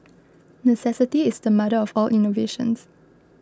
necessity is the mother of all innovations